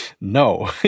no